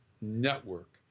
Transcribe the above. network